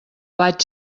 vaig